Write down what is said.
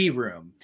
room